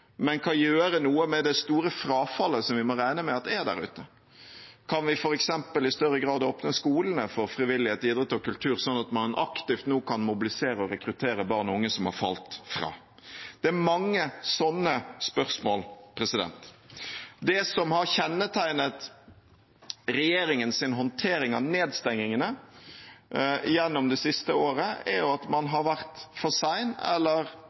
men kan gjøre noe med det store frafallet som vi må regne med at er der ute? Kan vi f.eks. i større grad åpne skolene for frivillighet, idrett og kultur, sånn at man nå aktivt kan mobilisere og rekruttere barn og unge som har falt fra? Det er mange sånne spørsmål. Det som har kjennetegnet regjeringens håndtering av nedstengningene gjennom det siste året, er at man har vært for sein eller